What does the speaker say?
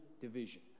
division